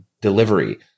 delivery